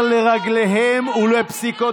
בתקנון,